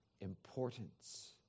importance